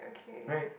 right